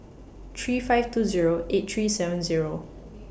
three five two Zero eight three seven Zero